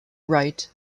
right